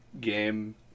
game